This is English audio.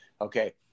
Okay